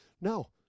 no